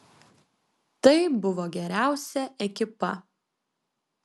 tai buvo geriausia ekipa